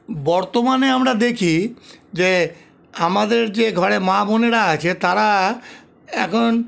বর্তমানে আমরা দেখি যে আমাদের যে ঘরে মা বোনেরা আছে তারা এখন